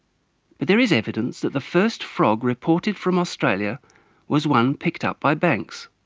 but there is evidence that the first frog reported from australia was one picked up by banks.